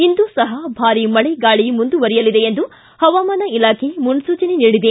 ಇಂದು ಸಹ ಭಾರಿ ಮಳೆ ಗಾಳಿ ಮುಂದುವರೆಯಲಿದೆ ಎಂದು ಹವಾಮಾನ ಇಲಾಖೆ ಮುನ್ನೂಚನೆ ನೀಡಿದೆ